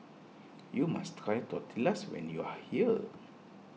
you must try Tortillas when you are here